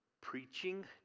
preaching